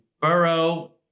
Burrow